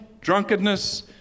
Drunkenness